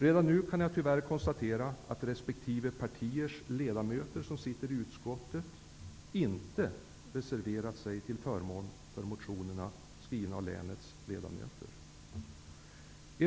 Redan nu kan jag tyvärr konstatera att resp. partiers ledamöter i utskottet inte reservarat sig till förmån för de motioner som är skrivna av länets ledamöter.